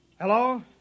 Hello